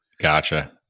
Gotcha